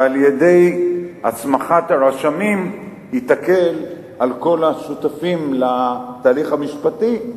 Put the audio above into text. ועל-ידי הסמכת הרשמים היא תקל על כל השותפים לתהליך המשפטי,